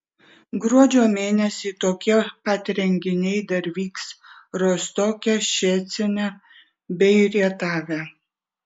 gruodžio mėnesį tokie pat renginiai dar vyks rostoke ščecine bei rietave